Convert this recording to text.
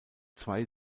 zwei